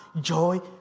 joy